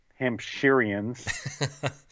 Hampshireans